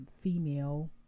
female